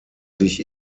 sich